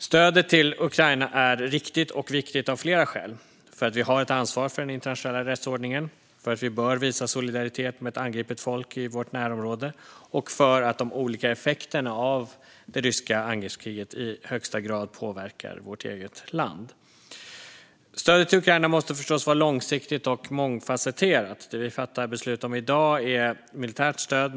Stödet till Ukraina är riktigt och viktigt av flera skäl - för att vi har ett ansvar för den internationella rättsordningen, för att vi bör visa solidaritet med ett angripet folk i vårt närområde och för att de olika effekterna av det ryska angreppskriget i högsta grad påverkar vårt eget land. Stödet till Ukraina måste förstås vara långsiktigt och mångfasetterat. Det vi fattar beslut om i dag är militärt stöd.